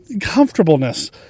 comfortableness